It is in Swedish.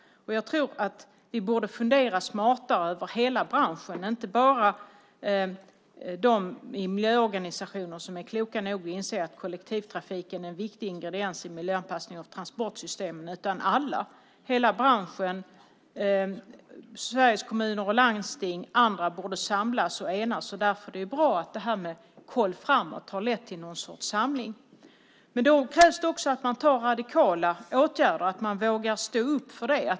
Jag tror att vi borde fundera smartare över hela branschen och inte bara i de miljöorganisationer som är kloka nog att inse att kollektivtrafiken är en viktig ingrediens i miljöanpassningen av transportssystemen. Alla, hela branschen, Sveriges Kommuner och Landsting och andra, borde samlas och enas. Därför är det bra att det här med Koll framåt har lett till någon sorts samling. Men det krävs också att man vidtar radikala åtgärder och vågar stå upp för dem.